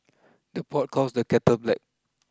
the pot calls the kettle black